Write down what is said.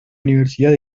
universidad